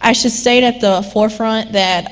i should state at the forefront that